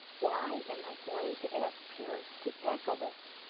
why am i going to ask parents to tackle this?